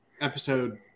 episode